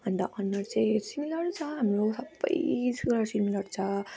अन्त अनुहार चाहिँ सिमिलर छ हाम्रो सबै कुराहरू सिमिलर छ